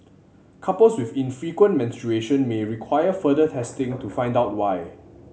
couples with infrequent menstruation may require further testing to find out why